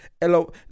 hello